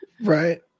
Right